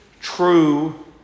true